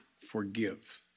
forgive